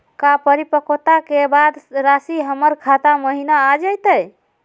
का परिपक्वता के बाद रासी हमर खाता महिना आ जइतई?